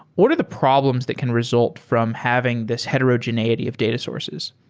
what are the problems that can result from having this heterogeneity of data sources?